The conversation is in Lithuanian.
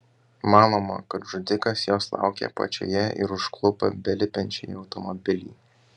manoma kad žudikas jos laukė apačioje ir užklupo belipančią į automobilį